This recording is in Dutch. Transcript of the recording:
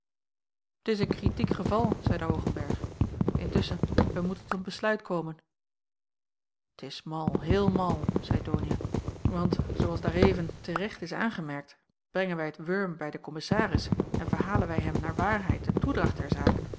t is een kritiek geval zeide hoogenberg intusschen wij moeten tot een besluit komen t is mal heel mal zeî donia want zoo als daareven te recht is aangemerkt brengen wij het wurm bij den kommissaris en verhalen wij hem naar waarheid de toedracht der zaak